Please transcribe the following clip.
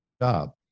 job